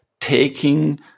taking